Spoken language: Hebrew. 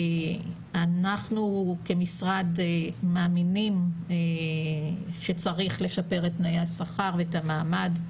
אנחנו כמשרד מאמינים שצריך לשפר את תנאי השכר ואת המעמד.